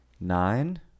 nine